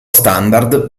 standard